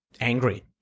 angry